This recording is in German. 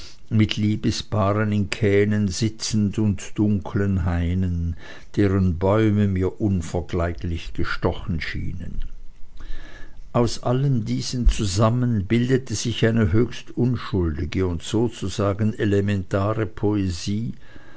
mit liebespaaren in kähnen sitzend und dunklen hainen deren bäume mir unvergleichlich gestochen schienen aus allem diesem zusammen bildete sich eine höchst unschuldige und sozusagen elementare poesie